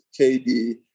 KD